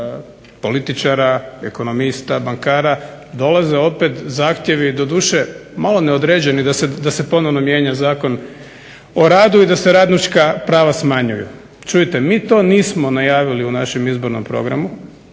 političara, ekonomista, bankara dolaze opet zahtjevi doduše malo neodređeni da se ponovno mijenja Zakon o radu i da se radnička prava smanjuju. Čujte, mi to nismo najavili u našem izbornom programu,